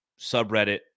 subreddit